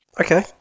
Okay